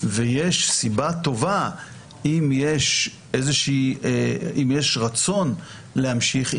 ויש סיבה טובה אם יש רצון להמשיך.